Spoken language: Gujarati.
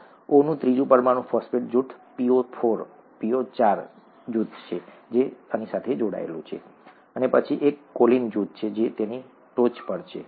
O નું ત્રીજું પરમાણુ ફોસ્ફેટ જૂથ 'PO4 ' જૂથ સાથે જોડાયેલું છે અને પછી એક કોલિન જૂથ છે જે તેની ટોચ પર છે ઠીક છે